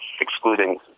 excluding